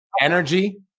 energy